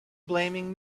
blaming